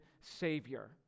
Savior